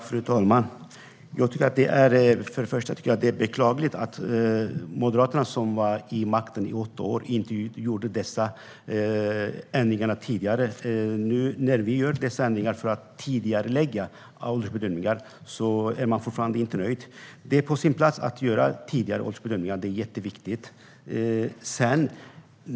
Fru talman! Först och främst tycker jag att det är beklagligt att Moderaterna som var vid makten under åtta år inte gjorde dessa ändringar tidigare. När vi nu gör dessa ändringar för att tidigarelägga åldersbedömningar är de fortfarande inte nöjda. Det är på sin plats att göra tidigare åldersbedömningar. Det är jätteviktigt.